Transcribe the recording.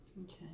Okay